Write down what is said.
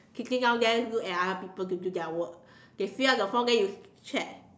sitting down there look at other people to do their work they fill out their form then you check